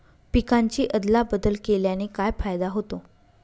पिकांची अदला बदल केल्याने काय फायदा होतो?